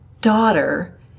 daughter